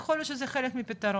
יכול להיות שזה חלק מפתרון,